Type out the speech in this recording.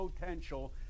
potential